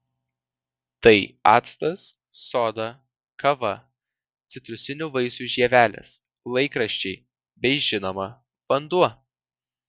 tai actas soda kava citrusinių vaisių žievelės laikraščiai bei žinoma vanduo